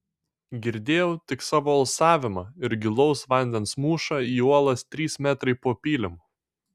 girdėjau tik savo alsavimą ir gilaus vandens mūšą į uolas trys metrai po pylimu